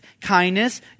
kindness